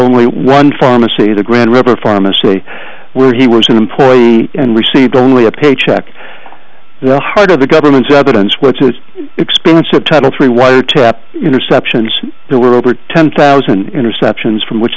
only one pharmacy the grand river pharmacy where he was an employee and received only a paycheck the heart of the government's evidence which was expensive title three wiretap interceptions there were over ten thousand interceptions from which